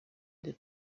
that